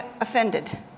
offended